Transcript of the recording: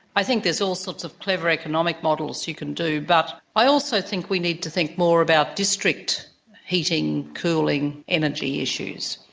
i think there's all sorts of clever economic models you can do, but i also think we need to think more about district heating, cooling, energy issues.